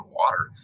water